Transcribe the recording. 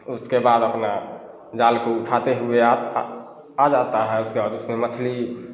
उसके बाद अपना जाल को उठाते हुए आता आ जाता है उसके बाद उसमें मछली